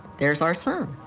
there's our son.